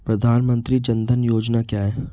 प्रधानमंत्री जन धन योजना क्या है?